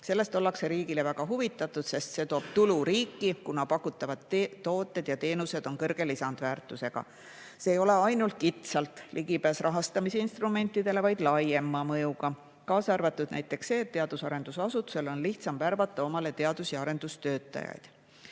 Sellest ollakse riigis väga huvitatud, sest see toob tulu riiki, kuna pakutavad tooted ja teenused on kõrge lisandväärtusega. See ei ole ainult kitsalt ligipääs rahastamisinstrumentidele, vaid laiema mõjuga, kaasa arvatud näiteks see, et teadus- ja arendusasutusel on lihtsam värvata omale teadus- ja arendustöötajaid.